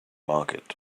market